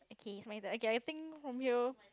okay it's my turn okay I think from here